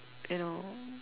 you know